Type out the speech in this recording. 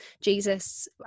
Jesus